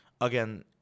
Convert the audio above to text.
Again